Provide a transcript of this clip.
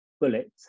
bullet